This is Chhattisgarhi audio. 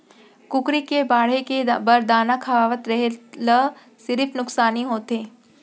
कुकरी के बाड़हे के बाद दाना खवावत रेहे ल सिरिफ नुकसानी होथे